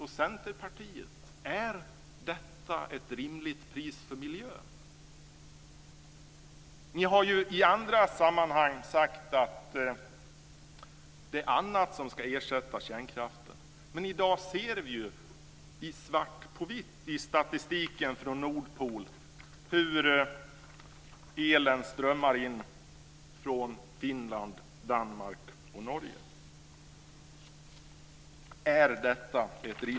Centerpartiet: Är detta ett rimligt pris när det gäller miljön? Men i dag ser vi i svart på vitt i statistiken från Nordpol hur elen strömmar in från Finland, Danmark och Norge.